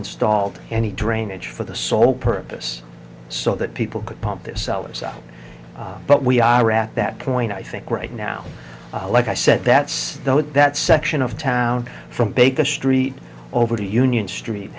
installed any drainage for the sole purpose so that people could pump this cellar so but we are at that point i think right now like i said that's what that section of town from baker street over to union street